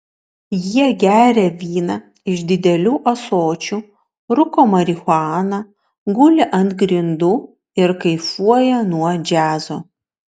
jie geria vyną iš didelių ąsočių rūko marihuaną guli ant grindų ir kaifuoja nuo džiazo